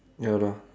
ya lah